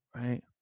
right